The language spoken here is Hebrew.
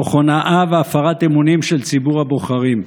תוך הונאה והפרת אמונים של ציבור הבוחרים.